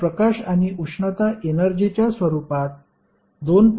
जर प्रकाश आणि उष्णता एनर्जीच्या स्वरूपात 2